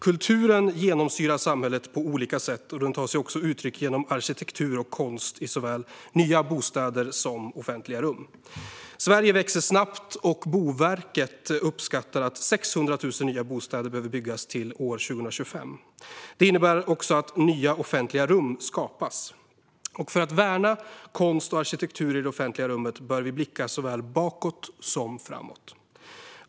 Kulturen genomsyrar samhället på olika sätt, och den tar sig också uttryck genom arkitektur och konst i såväl nya bostäder som offentliga rum. Sverige växer snabbt och Boverket uppskattar att 600 000 nya bostäder behöver byggas till 2025. Det innebär också att nya offentliga rum skapas. För att värna konst och arkitektur i det offentliga rummet bör vi blicka såväl bakåt som framåt.